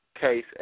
Case